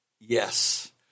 Yes